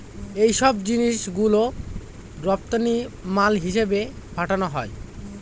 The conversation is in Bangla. এইসব জিনিস গুলো রপ্তানি মাল হিসেবে পাঠানো হয়